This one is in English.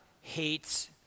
hates